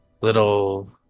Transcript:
little